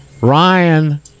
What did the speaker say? ryan